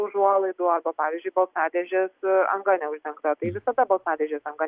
be užuolaidų arba pavyzdžiui balsadėžės anga neuždengta tai visada balsadėžės anga neuždengta